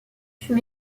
fut